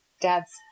Dad's